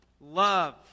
love